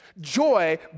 Joy